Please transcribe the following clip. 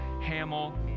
Hamill